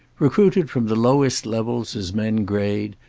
recruited from the lowest levels as men grade,